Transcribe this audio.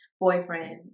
boyfriend